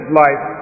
life